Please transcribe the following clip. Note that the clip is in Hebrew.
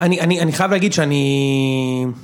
אני, אני, אני חייב להגיד שאני...